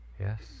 Yes